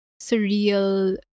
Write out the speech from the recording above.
surreal